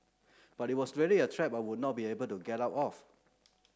but it was really a trap I would not be able to get out of